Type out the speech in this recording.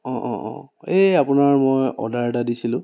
অঁ অঁ অঁ এই আপোনাৰ মই অৰ্ডাৰ এটা দিছিলোঁ